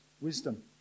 wisdom